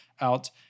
out